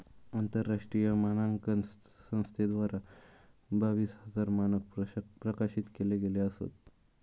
आंतरराष्ट्रीय मानांकन संस्थेद्वारा बावीस हजार मानंक प्रकाशित केले गेले असत